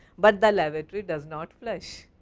but the lavatory does not flush.